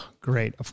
great